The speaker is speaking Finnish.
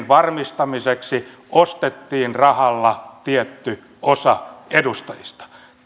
varmistamiseksi ostettiin rahalla tietty osa edustajista